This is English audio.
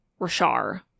Rashar